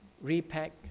repack